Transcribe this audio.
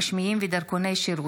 רשמיים ודרכוני שירות.